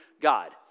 God